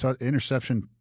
interception